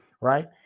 right